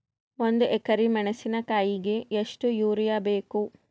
ಒಂದ್ ಎಕರಿ ಮೆಣಸಿಕಾಯಿಗಿ ಎಷ್ಟ ಯೂರಿಯಬೇಕು?